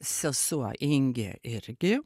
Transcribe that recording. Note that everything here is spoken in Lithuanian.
sesuo ingė irgi